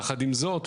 יחד עם זאת,